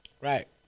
Right